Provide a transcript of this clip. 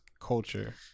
culture